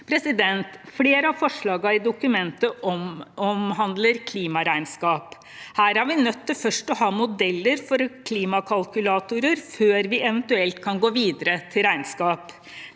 næringsbygg. Flere av forslagene i dokumentet omhandler klimaregnskap. Vi er nødt til først å ha modeller for klimakalkulatorer før vi eventuelt kan gå videre til regnskap.